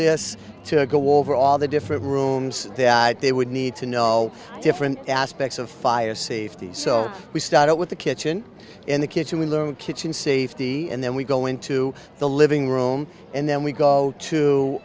this to go over all the different rooms that they would need to know different aspects of fire safety so we start with the kitchen in the kitchen we learn kitchen safety and then we go into the living room and then we go to